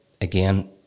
again